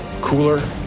cooler